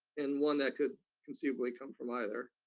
and one that could conceivably come from either.